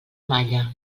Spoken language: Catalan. malla